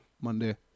Monday